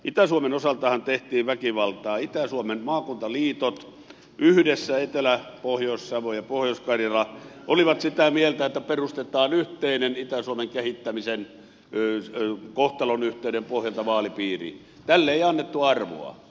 itä suomen osaltahan tehtiin väkivaltaa kun itä suomen maakuntaliitot yhdessä etelä pohjois savo ja pohjois karjala olivat sitä mieltä että perustetaan yhteinen vaalipiiri itä suomen kehittämisen kohtalonyhteyden pohjalta mutta tälle ei annettu arvoa